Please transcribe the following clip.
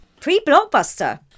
pre-blockbuster